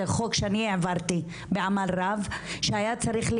זה חוק שאני העברתי בעמל רב שהיה צריך להיות